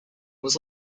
was